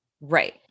right